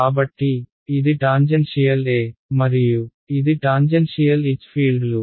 కాబట్టికాబట్టి ఇది tangential E మరియు ఇది టాంజెన్షియల్ H ఫీల్డ్లు